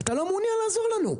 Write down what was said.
אתה לא מעוניין לעזור לנו,